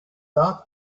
that